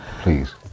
Please